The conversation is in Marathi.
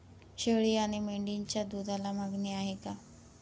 शेळी आणि मेंढीच्या दूधाला मागणी आहे का?